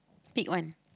big one